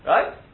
Right